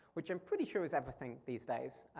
which i'm pretty sure is everything these days.